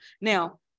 now